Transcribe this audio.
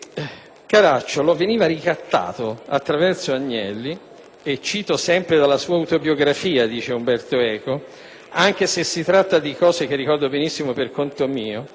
Caracciolo veniva ricattato via Agnelli e (cito sempre dalla sua autobiografia, anche se si tratta di cose che ricordo benissimo per conto mio)